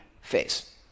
face